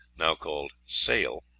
now called sale.